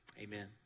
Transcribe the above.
amen